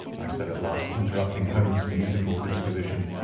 i said at last, interrupting holmes' musical disquisition.